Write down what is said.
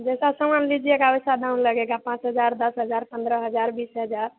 जैसा सामान लीजिएगा वैसा दाम लगेगा पाँच हज़ार दस हज़ार पन्द्रह हज़ार बीस हज़ार